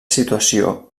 situació